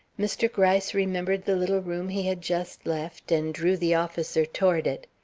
mr. gryce remembered the little room he had just left, and drew the officer toward it.